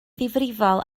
ddifrifol